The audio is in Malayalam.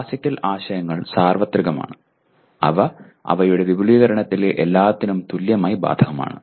ക്ലാസിക്കൽ ആശയങ്ങൾ സാർവത്രികമാണ് അവ അവയുടെ വിപുലീകരണത്തിലെ എല്ലാത്തിനും തുല്യമായി ബാധകമാണ്